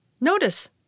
Notice